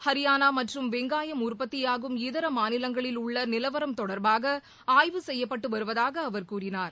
ஹரியானா மற்றும் வெங்காயம் உற்பத்தியாகும் இதர மாநிலங்களில் உள்ள நிலவரம் தொடர்பாக ஆய்வு செய்யப்பட்டு வருவதாக அவர் கூறினார்